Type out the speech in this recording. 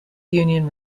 union